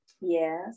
yes